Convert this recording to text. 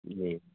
جی